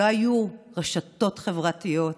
לא היו רשתות חברתיות.